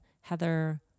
Heather